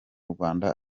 rwanda